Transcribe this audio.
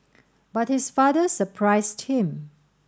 but his father surprised him